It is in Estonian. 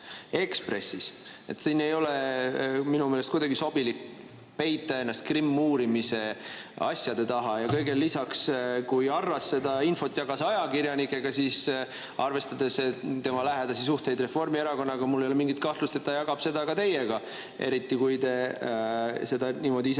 Ekspressis. Siin ei ole minu meelest kuidagi sobilik peita ennast krim[inaal]uurimise asjade taha. Ja kõigele lisaks, kui Arras seda infot jagas ajakirjanikega, siis arvestades tema lähedasi suhteid Reformierakonnaga, ei ole mul mingit kahtlust, et ta jagab seda ka teiega, eriti kui te seda niimoodi ise